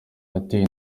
yateye